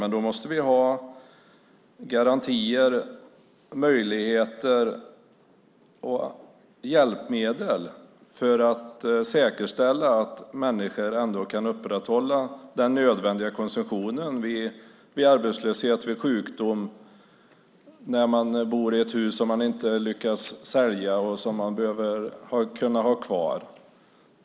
Men då måste vi ha garantier, möjligheter och hjälpmedel för att säkerställa att människor ändå kan upprätthålla den nödvändiga konsumtionen vid arbetslöshet, sjukdom och när man bor i ett hus som man inte lyckas sälja och behöver kunna ha kvar.